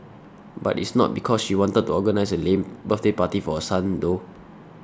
but it's not because she wanted to organise a lame birthday party for her son though